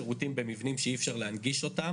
שגורמים לנו לשריפות ולהצפות ונורא קשה להגיד לרשות